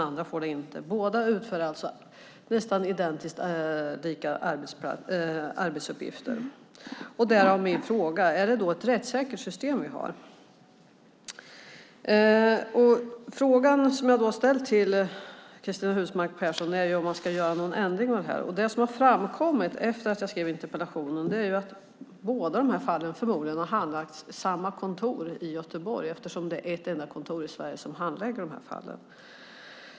Den andra får det inte. Båda utför alltså nästan identiskt lika arbetsuppgifter. Därav min fråga: Är det ett rättssäkert system vi har? Frågan som jag har ställt till Cristina Husmark Pehrsson är om man ska göra någon ändring av det här. Det som har framkommit efter det att jag skrev interpellationen är att båda fallen förmodligen har handlagts av samma kontor i Göteborg eftersom det är ett enda kontor i Sverige som handlägger dessa fall.